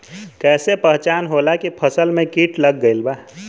कैसे पहचान होला की फसल में कीट लग गईल बा?